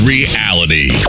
Reality